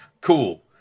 cool